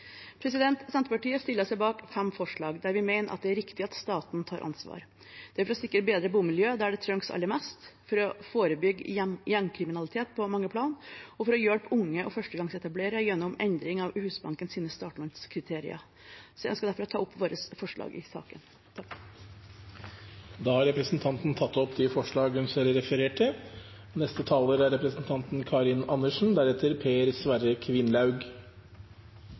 Senterpartiet stiller seg bak fem forslag der vi mener det er riktig at staten tar ansvar. Det er for å sikre bedre bomiljøer der det trengs aller mest, for å forebygge gjengkriminalitet på mange plan og for å hjelpe unge og førstegangsetablerere gjennom en endring av Husbankens startlånskriterier. Jeg ønsker derfor å ta opp våre forslag i saken. Da har representanten Kari Anne Bøkestad Andreassen tatt opp de forslagene hun viste til.